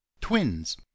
Twins